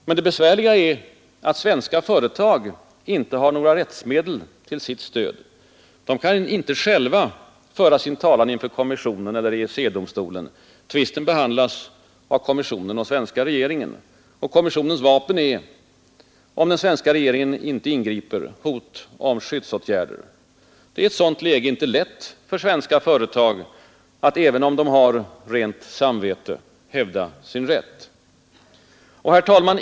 Men det besvärliga är att svenska företag inte har några rättsmedel till sitt stöd. De kan inte själva föra sin talan inför kommissionen eller EEC-domstolen. Tvisten behandlas av kommissionen och svenska regeringen. Kommissionens vapen är, om den svenska regeringen inte ingriper, hot om skyddsåtgärder. Det är i ett sådant läge inte lätt för svenska företag att, även om de har ”rent samvete”, hävda sin rätt. Herr talman!